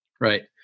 Right